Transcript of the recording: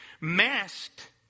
masked